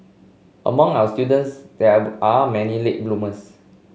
among our students there were are many late bloomers